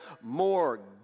more